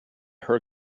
her